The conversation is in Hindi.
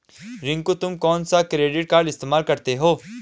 रिंकू तुम कौन सा क्रेडिट कार्ड इस्तमाल करते हो?